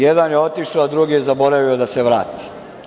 Jedan je otišao, drugi je zaboravio da se vrati.